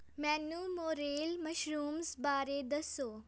ਮੈਨੂੰ morel mushrooms ਬਾਰੇ ਦੱਸੋ